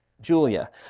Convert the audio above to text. Julia